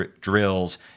drills